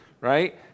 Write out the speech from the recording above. right